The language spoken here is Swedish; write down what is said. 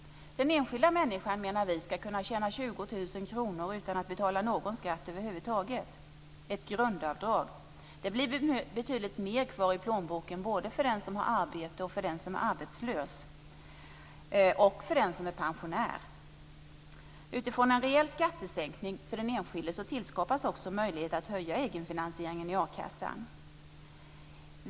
Den enskilda människan ska kunna tjäna 20 000 kr utan att betala någon skatt över huvud taget - ett grundavdrag. Det blir betydligt mer kvar i plånboken, både för den som har arbete och den som är arbetslös - och för den som är pensionär. Utifrån en rejäl skattesänkning för den enskilde tillskapas också möjlighet att höja egenfinansieringen i a-kassan.